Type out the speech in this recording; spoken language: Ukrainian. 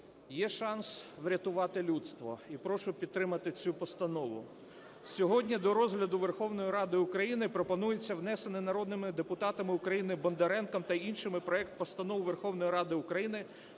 є шанс врятувати людство. І прошу підтримати цю постанову. Сьогодні до розгляду Верховної Ради України пропонується внесений народним депутатом України Бондаренком та іншими проект Постанови Верховної Ради України